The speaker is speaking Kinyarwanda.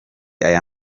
aya